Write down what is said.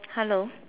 hello